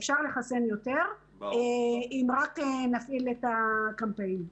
אפשר לחסן יותר אם רק נפעיל את הקמפיין.